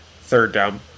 third-down